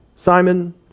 Simon